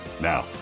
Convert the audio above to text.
Now